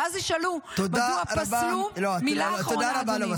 "ואז ישאלו: מדוע פסלו" --- תודה רבה.